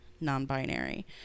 non-binary